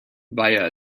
via